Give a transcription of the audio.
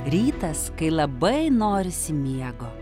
rytas kai labai norisi miego